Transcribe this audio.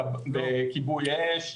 בכיבוי אש,